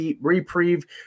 reprieve